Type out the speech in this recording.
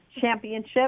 Championship